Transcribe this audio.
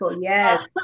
Yes